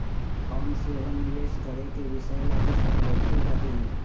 हम सेहो निवेश करेके विषय लागी सपड़इते रही